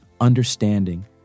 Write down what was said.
understanding